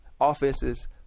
offenses